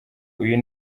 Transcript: uyu